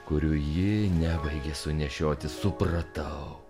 kurių ji nebaigė sunešioti supratau